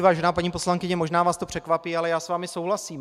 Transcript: Vážená paní poslankyně, možná vás to překvapí, ale já s vámi souhlasím.